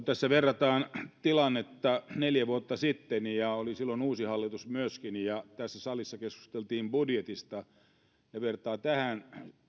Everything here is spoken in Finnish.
tässä verrataan tilannetta neljä vuotta sitten jolloin oli myöskin uusi hallitus ja tässä salissa keskusteltiin budjetista kun sitä vertaa tähän